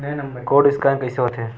Code scan कइसे होथे?